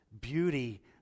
beauty